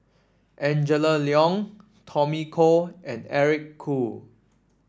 Angela Liong Tommy Koh and Eric Khoo